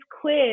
quiz